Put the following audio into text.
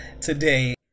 today